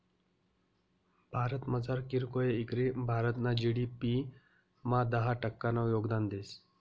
भारतमझार कीरकोय इकरी भारतना जी.डी.पी मा दहा टक्कानं योगदान देस